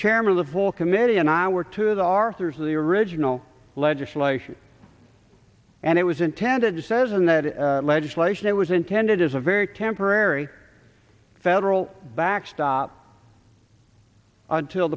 chairman of the full committee and i were to the arthurs of the original legislation and it was intended says in that legislation it was intended as a very temporary federal backstop until